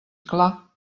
clar